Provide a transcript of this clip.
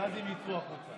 מיקי, אתה לבד באולם.